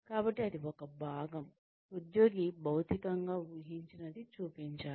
కాబట్టి అది ఒక భాగం ఉద్యోగి భౌతికంగా ఊహించినది చూపించాలి